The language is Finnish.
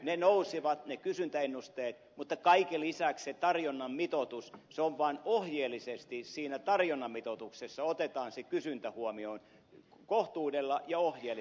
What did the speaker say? ne kysyntäennusteet nousivat mutta kaiken lisäksi tarjonnan mitoitus on vain ohjeellisesti siinä tarjonnan mitoituksessa otetaan se kysyntä kohtuudella ja vain ohjeellisesti huomioon